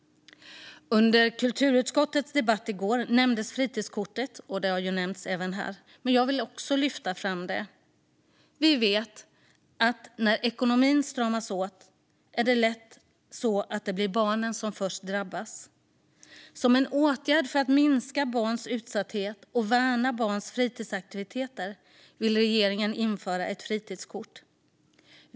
Under kulturutskottets debatt i går nämndes fritidskortet. Det har nämnts även här, men jag vill också lyfta fram det. Vi vet att när ekonomin stramas åt blir det lätt barnen som först drabbas. Som en åtgärd för att minska barns utsatthet och värna barns fritidsaktiviteter vill regeringen införa ett fritidskort.